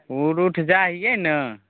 ओ route जाइ हिए ने